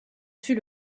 fut